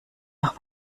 nach